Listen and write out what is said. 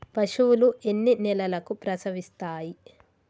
పశువులు ఎన్ని నెలలకు ప్రసవిస్తాయి?